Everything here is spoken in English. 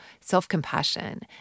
self-compassion